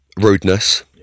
rudeness